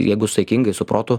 jeigu saikingai su protu